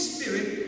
Spirit